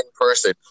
person